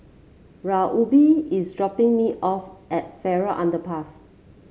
Reubin is dropping me off at Farrer Underpass